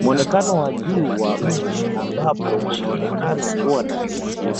Muonekano wa juu wa mji ambapo unaonekana kuwa na miti